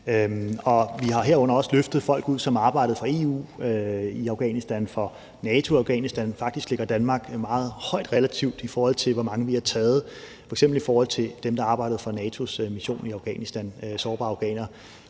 vi har herunder også løftet folk ud, som arbejdede for EU eller for NATO i Afghanistan. Faktisk ligger Danmark meget højt, i forhold til hvor mange vi har taget, f.eks. af dem, der arbejdede for NATO's mission i Afghanistan, dvs. sårbare afghanere.